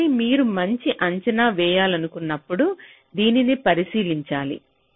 కాబట్టి మీరు మంచి అంచనా వేయాలనుకున్నప్పుడు దీనిని పరిశీలించాలి